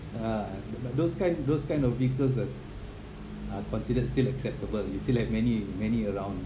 uh but those kind those kind of vehicles as are considered still acceptable you see like many many around